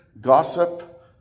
gossip